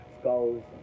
skulls